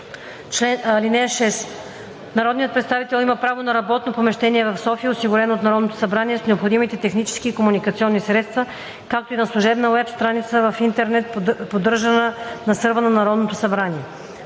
(6) Народният представител има право на работно помещение в София, осигурено от Народното събрание с необходимите технически и комуникационни средства, както и на служебна уебстраница в интернет, поддържана на сървъра на Народното събрание.